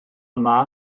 yma